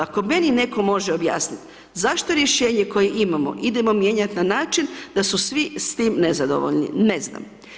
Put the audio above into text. Ako meni netko može objasnit zašto rješenje koje imamo idemo mijenjati na način da su svi s tim nezadovoljni, ne znam.